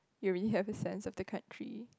you already have a sense of the country